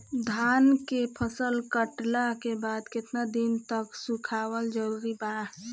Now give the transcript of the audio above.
धान के फसल कटला के बाद केतना दिन तक सुखावल जरूरी बा?